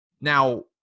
now